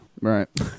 Right